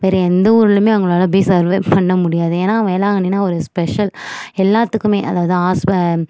வேறு எந்த ஊர்லையுமே அவங்களால் போய் சர்வே பண்ண முடியாது ஏன்னா வேளாங்கண்ணின்னா ஒரு ஸ்பெஷல் எல்லாத்துக்குமே அதாவது ஆஸ்ப